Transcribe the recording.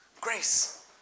grace